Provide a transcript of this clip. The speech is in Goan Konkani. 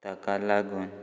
ताका लागून